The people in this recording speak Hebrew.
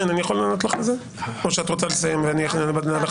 אני יכול ענות לך על זה או שאת רוצה לסיים ואני אחר כך אתייחס?